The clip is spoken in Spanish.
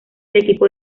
equipo